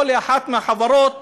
או לאחת מהחברות